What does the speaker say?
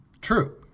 True